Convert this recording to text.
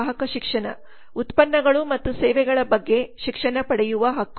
ಗ್ರಾಹಕ ಶಿಕ್ಷಣ ಉತ್ಪನ್ನಗಳು ಮತ್ತು ಸೇವೆಗಳ ಬಗ್ಗೆ ಶಿಕ್ಷಣ ಪಡೆಯುವ ಹಕ್ಕು